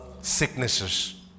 sicknesses